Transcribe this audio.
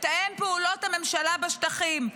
מתאם פעולות הממשלה בשטחים,